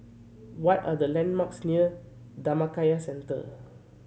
what are the landmarks near Dhammakaya Centre